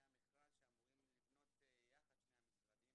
המכרז שאמורים לבנות יחד שני המשרדים.